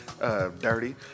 dirty